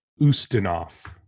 Ustinov